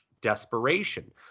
desperation